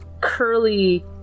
curly